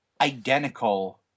identical